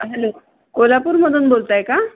hello कोल्हापूरमधून बोलत आहे का